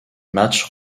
matchs